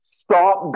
stop